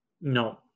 No